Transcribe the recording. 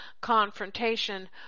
confrontation